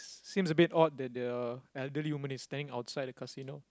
seems a bit odd that the elderly woman is standing outside the casino